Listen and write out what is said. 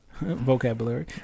vocabulary